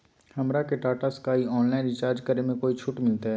हमरा के Tata Sky online recharge करे में कोई छूट मिलतई